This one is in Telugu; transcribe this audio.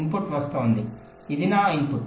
ఇన్పుట్ వస్తోంది ఇది నా ఇన్పుట్